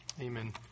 Amen